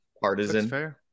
partisan